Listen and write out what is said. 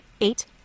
eight